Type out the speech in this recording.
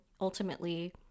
ultimately